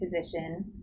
position